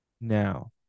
now